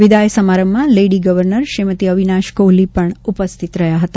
વિદાય સમારંભમાં lady governor Shrimati Avinash Kohli પણ ઉપસ્થિત હતા